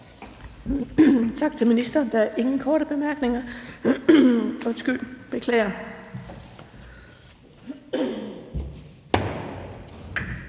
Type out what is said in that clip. Tak til ministeren. Der er ingen korte bemærkninger. Da der ikke er